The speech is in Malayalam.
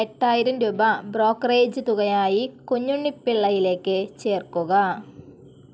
എട്ടായിരം രൂപ ബ്രോക്കറേജ് തുകയായി കുഞ്ഞുണ്ണി പിള്ളയിലേക്ക് ചേർക്കുക